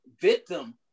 victim